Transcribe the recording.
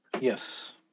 Yes